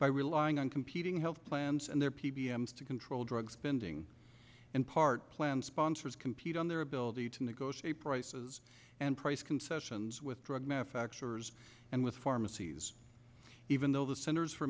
by relying on competing health plans and their p b s to control drugs bingeing and part plan sponsors compete on their ability to negotiate prices and price concessions with drug manufacturers and with pharmacies even though the centers for